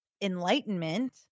enlightenment